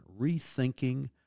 rethinking